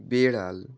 বেড়াল